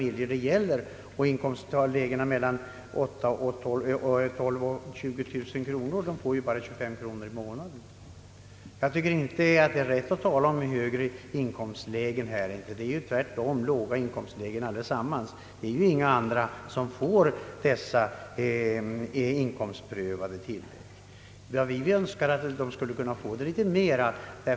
I inkomstlägen mellan 12 000 och 20 000 kronor utgör bidraget bara 25 kronor i månaden, därutöver ingenting. Jag tycker inte att det är rätt att här tala om några högre inkomstlägen, då det ju tvärtom gäller låga inkomstlägen. Det är inga andra som får dessa inkomstprövade tillägg. Vi vill att barnfamiljerna skall få något större förmåner.